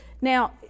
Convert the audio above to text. Now